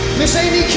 this evening